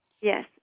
Yes